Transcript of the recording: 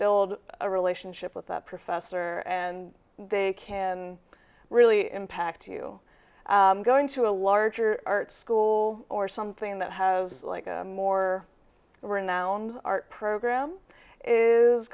build a relationship with the professor and they can really impact you going to a larger art school or something that have more renowned art program is